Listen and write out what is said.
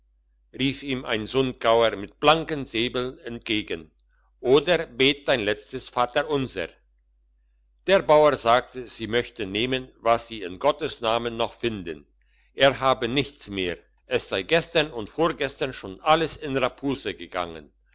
rief ihm ein sundgauer mit blankem säbel entgegen oder bet dein letztes vaterunser der bauer sagte sie möchten nehmen was sie in gottes namen noch finden er habe nichts mehr es sei gestern und vorgestern schon alles in rapuse gegangen